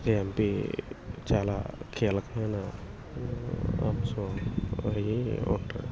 ఈ ఎంపీ చాలా కీలకమైన అంశం అయ్యి ఉంటారు